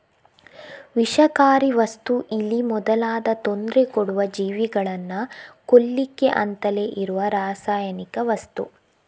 ವಿಷಕಾರಿ ವಸ್ತು ಇಲಿ ಮೊದಲಾದ ತೊಂದ್ರೆ ಕೊಡುವ ಜೀವಿಗಳನ್ನ ಕೊಲ್ಲಿಕ್ಕೆ ಅಂತಲೇ ಇರುವ ರಾಸಾಯನಿಕ ವಸ್ತು